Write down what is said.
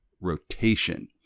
rotation